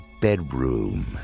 bedroom